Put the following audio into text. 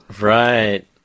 Right